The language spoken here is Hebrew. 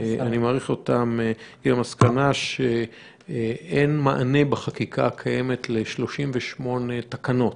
ואני מעריך אותן המסקנה היא שאין מענה בחקיקה הקיימת ל-38 תקנות.